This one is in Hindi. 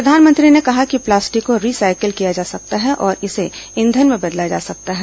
प्रधानमंत्री ने कहा कि प्लास्टिक को रिसाइकिल किया जा सकता है और इसे ईंधन में बदला जा सकता है